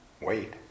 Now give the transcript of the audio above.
Wait